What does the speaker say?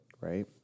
right